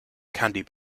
candy